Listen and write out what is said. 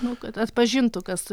nu kad atpažintų kas